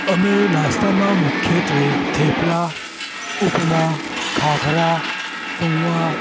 અમે નાસ્તામાં મુખ્યત્ત્વે થેપલા ઉપમા ખાખરા પૌવા